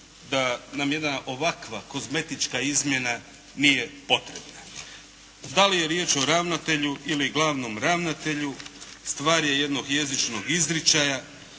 da nam jedna ovakva kozmetička izmjena nije potrebna. Da li je riječ o ravnatelju ili glavnom ravnatelju stvar je jednojezičnog izričaja.